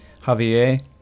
Javier